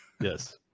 Yes